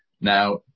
Now